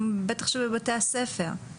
בטח שבבתי הספר.